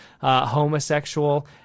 homosexual